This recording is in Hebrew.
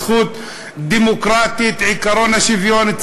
זכות דמוקרטית עקרון השוויון,